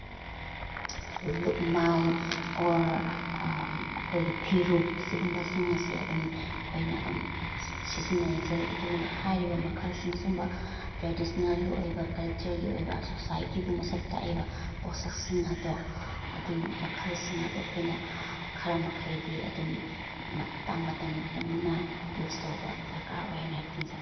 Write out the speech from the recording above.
ꯂꯨꯛꯃꯥꯏ ꯑꯣꯔ ꯑꯩꯈꯣꯏꯒꯤ ꯐꯤꯔꯨꯛ ꯁꯤꯒꯨꯝꯕꯁꯤꯡ ꯑꯁꯦ ꯑꯗꯨꯝ ꯑꯩꯈꯣꯏꯅ ꯑꯗꯨꯝ ꯁꯤꯖꯤꯟꯅꯁꯦ ꯑꯗꯨꯅ ꯍꯥꯏꯔꯤꯕ ꯃꯈꯜꯁꯤꯡ ꯑꯁꯤꯒꯨꯝꯕ ꯇ꯭ꯔꯦꯗꯤꯁꯅꯦꯜꯒꯤ ꯑꯣꯏꯕ ꯀꯜꯆꯔꯒꯤ ꯑꯣꯏꯕ ꯁꯣꯁꯥꯏꯇꯤꯕꯨ ꯃꯁꯛ ꯇꯥꯛꯏꯕ ꯄꯣꯠꯁꯛꯁꯤꯡ ꯑꯗꯣ ꯑꯗꯨ ꯃꯈꯜꯁꯤꯡ ꯑꯗꯣ ꯑꯩꯈꯣꯏꯅ ꯈꯔ ꯃꯈꯩꯗꯤ ꯑꯗꯨꯝ ꯃꯇꯥꯡ ꯃꯇꯝꯒꯤ ꯃꯇꯨꯡꯏꯟꯅ ꯌꯨꯁ ꯇꯧꯕ ꯗꯔꯀꯥꯔ ꯑꯩ ꯍꯥꯏꯅ ꯈꯟꯖꯩ